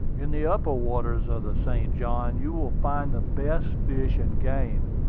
in the upper waters of the st. johns you will find the best fish and game,